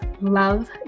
love